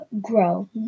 grow